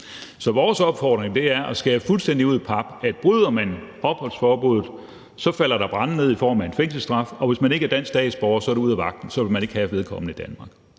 Vores opfordring er at skære fuldstændig ud i pap, at bryder man opholdsforbuddet, falder der brænde ned i form af en fængselsstraf, og hvis man ikke er dansk statsborger, er det ud af vagten; så vil vi ikke have vedkommende i Danmark.